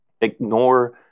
ignore